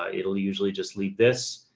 ah it'll usually just leave this,